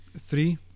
three